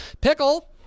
Pickle